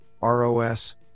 ROS